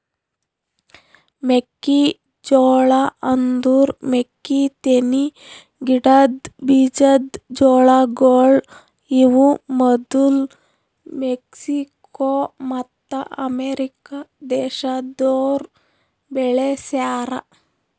ಮೆಕ್ಕಿ ಜೋಳ ಅಂದುರ್ ಮೆಕ್ಕಿತೆನಿ ಗಿಡದ್ ಬೀಜದ್ ಜೋಳಗೊಳ್ ಇವು ಮದುಲ್ ಮೆಕ್ಸಿಕೋ ಮತ್ತ ಅಮೇರಿಕ ದೇಶದೋರ್ ಬೆಳಿಸ್ಯಾ ರ